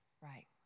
Right